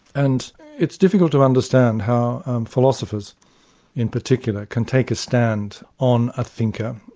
and it's difficult to understand how philosophers in particular, can take a stand on a thinker,